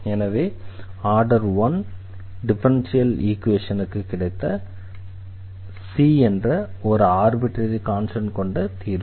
எனவே order 1 differential ஈக்வேஷனுக்கு கிடைத்த c என்ற ஒரு ஆர்பிட்ரரி கான்ஸ்டண்ட் கொண்ட தீர்வு